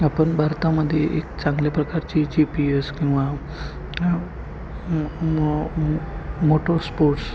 आपण भारतामध्ये एक चांगल्या प्रकारची जी पी एस किंवा मोटर स्पोर्ट्स